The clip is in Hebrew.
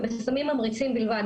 ובסמים ממריצים בלבד.